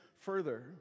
further